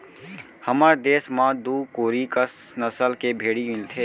हमर देस म दू कोरी कस नसल के भेड़ी मिलथें